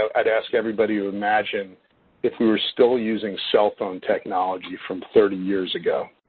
ah i'd ask everybody to imagine if we were still using cell phone technology from thirty years ago.